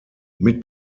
mit